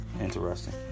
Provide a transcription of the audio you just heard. Interesting